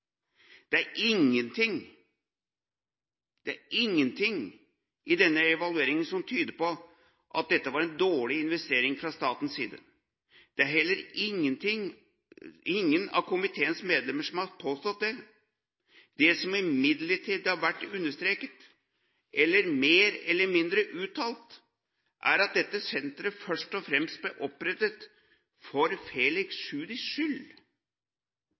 Det er ingenting i denne evalueringen som tyder på at dette var en dårlig investering fra statens side. Det har heller ingen av komiteens medlemmer påstått. Det som imidlertid har vært understreket, eller mer eller mindre uttalt, er at dette senteret først og fremst ble opprettet for Felix Tschudis skyld.